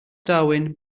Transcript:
darwin